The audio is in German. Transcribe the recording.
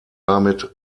damit